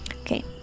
Okay